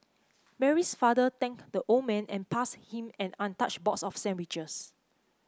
Mary's father thanked the old man and passed him an untouched box of sandwiches